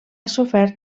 sofert